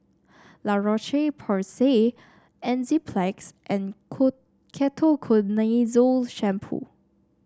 La Roche Porsay Enzyplex and Ketoconazole Shampoo